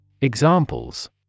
Examples